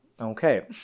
Okay